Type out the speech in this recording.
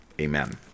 amen